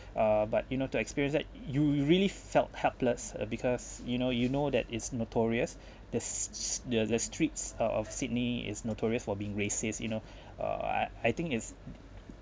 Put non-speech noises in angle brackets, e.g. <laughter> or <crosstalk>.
<breath> ah but you know to experience that you you really felt helpless uh because you know you know that it's notorious the <noise> the the streets of of sydney is notorious for being racist you know uh I I think it's